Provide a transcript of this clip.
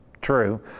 true